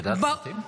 את יודעת פרטים?